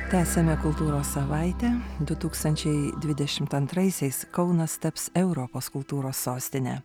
tęsiame kultūros savaitę du tūkstančiai dvidešimt antraisiais kaunas taps europos kultūros sostine